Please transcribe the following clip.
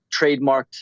trademarked